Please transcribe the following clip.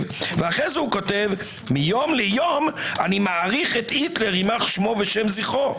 ואז כותב: מיום ליום אני מעריך את היטלר יימח שמו ושם זכרו,